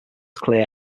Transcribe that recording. clear